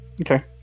okay